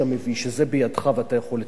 שזה בידך ואתה יכול לצמצם,